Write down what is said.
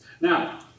now